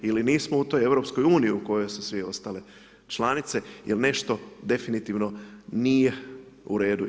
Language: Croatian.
Ili nismo u toj EU u kojoj su svi ostale članice jer nešto definitivno nije u redu.